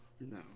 no